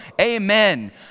amen